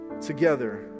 together